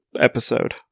episode